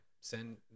Send